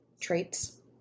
traits